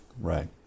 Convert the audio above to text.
Right